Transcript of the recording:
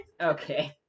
okay